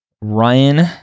Ryan